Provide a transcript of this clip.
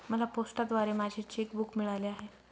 मला पोस्टाद्वारे माझे चेक बूक मिळाले आहे